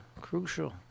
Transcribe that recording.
crucial